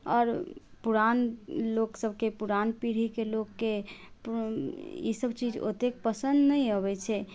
आओर पुरान लोक सबके पुरान पीढ़ीके लोकके ई सब चीज ओतेक पसन्द नहि अबै छै